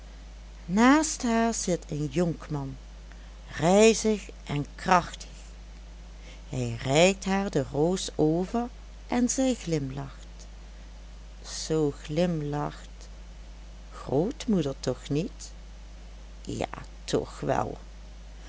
naast haar zit een jonkman rijzig en krachtig hij reikt haar de roos over en zij glimlacht zoo glimlacht grootmoeder toch niet ja toch wel